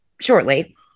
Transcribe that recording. shortly